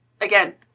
Again